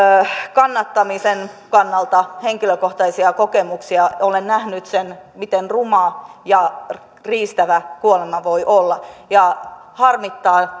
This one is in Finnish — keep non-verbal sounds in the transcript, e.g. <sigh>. kannattamisen kannalta henkilökohtaisia kokemuksia olen nähnyt miten ruma ja riistävä kuolema voi olla harmittaa <unintelligible>